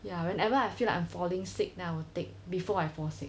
ya whenever I feel like I'm falling sick then I will take before I fall sick